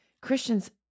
Christians